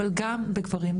אבל גם בגברים.